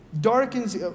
darkens